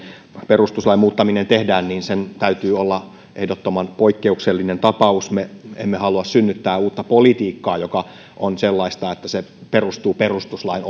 perustuslain muuttaminen tehdään niin sen täytyy olla ehdottoman poikkeuksellinen tapaus me emme halua synnyttää uutta politiikkaa joka on sellaista että se perustuu perustuslain